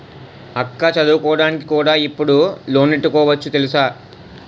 అక్కా చదువుకోడానికి కూడా ఇప్పుడు లోనెట్టుకోవచ్చు తెలుసా?